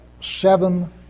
seven